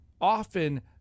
often